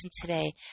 today